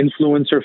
influencer